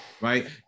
right